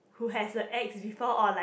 who has a ex before or like